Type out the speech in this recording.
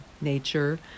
nature